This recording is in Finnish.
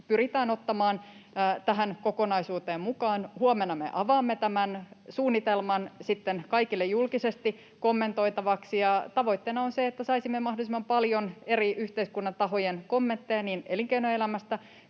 pyritään ottamaan tähän kokonaisuuteen mukaan. Huomenna me avaamme tämän suunnitelman sitten kaikille julkisesti kommentoitavaksi, ja tavoitteena on, että saisimme mahdollisimman paljon eri yhteiskunnan tahojen kommentteja, niin elinkeinoelämästä